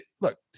look